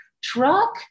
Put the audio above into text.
truck